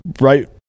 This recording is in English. right